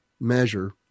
measure